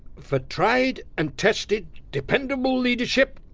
for tried and tested, dependable leadership,